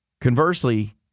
Conversely